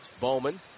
Bowman